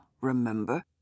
remember